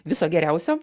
viso geriausio